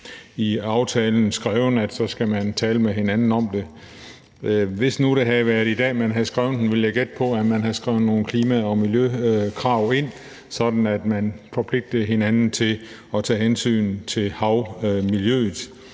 i aftalen skrevet, at så skal man tale med hinanden om det. Hvis nu man havde skrevet den i dag, vil jeg gætte på, at man havde skrevet nogle klima- og miljøkrav ind, sådan at man forpligtede hinanden til at tage hensyn til havmiljøet.